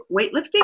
weightlifting